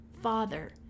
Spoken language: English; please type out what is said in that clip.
Father